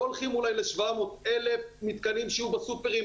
לא הולכים אולי ל-700,000 מתקנים שיהיו בסופרים,